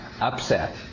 upset